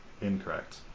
Incorrect